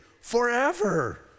Forever